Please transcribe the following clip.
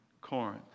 Corinth